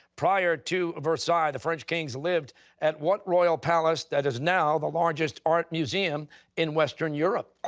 prior to versailles, the french kings lived at what royal palace that is now the largest art museum in western europe?